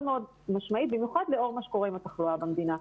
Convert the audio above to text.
מאוד משמעית במיוחד לאור מה שקורה עם התחלואה במדינה,